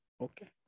Okay